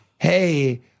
hey